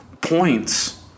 points